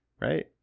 Right